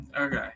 Okay